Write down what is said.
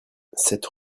cette